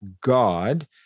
God